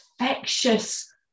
infectious